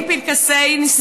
מנהלים פנקסי נישואים,